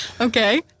Okay